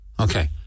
Okay